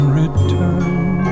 return